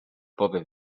powiew